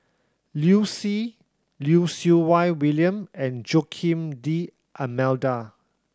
Liu Si Lim Siew Wai William and Joaquim D'Almeida